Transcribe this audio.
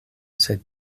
sed